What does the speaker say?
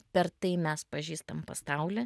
per tai mes pažįstam pasaulį